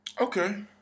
Okay